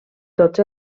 tots